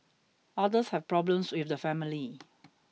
others have problems with the family